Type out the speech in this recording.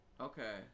Okay